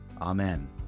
Amen